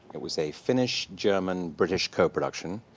it was a finnish-german-british co-production,